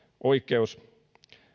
oikeus